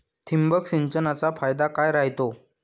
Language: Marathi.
ठिबक सिंचनचा फायदा काय राह्यतो?